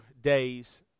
days